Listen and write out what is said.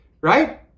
right